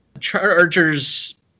Chargers